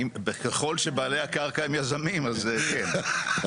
ככל שבעלי קרקע הם יזמים אז כן.